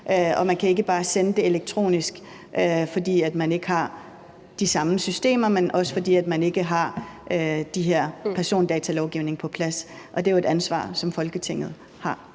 man kan ikke bare sende det elektronisk, ikke alene fordi man ikke har de samme systemer, men også fordi man ikke har den her persondatalovgivning på plads. Og det er jo et ansvar, som Folketinget har.